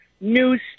news